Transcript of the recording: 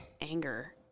anger